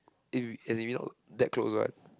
eh we as in we not that close what